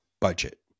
budget